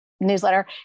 newsletter